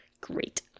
Great